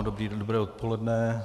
Dobrý den, dobré odpoledne.